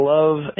Love